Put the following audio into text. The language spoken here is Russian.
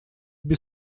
без